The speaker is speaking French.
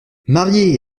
mariée